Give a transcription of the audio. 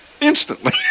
instantly